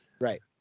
Right